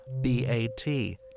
B-A-T